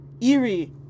Eerie